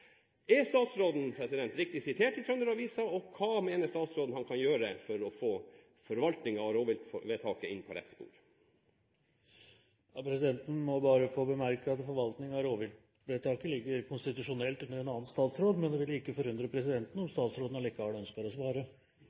Er statsråden riktig sitert i Trønder-Avisa, og hva mener statsråden han kan gjøre for å få forvaltningen av rovviltvedtaket inn på rett spor? Presidenten må bare få bemerke at forvaltningen av rovviltvedtaket ligger konstitusjonelt under en annen statsråd, men det ville ikke forundre presidenten om statsråden likevel ønsker å svare.